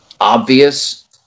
obvious